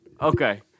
Okay